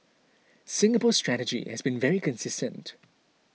Singapore's strategy has been very consistent